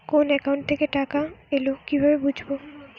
কোন একাউন্ট থেকে টাকা এল কিভাবে বুঝব?